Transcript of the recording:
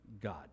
God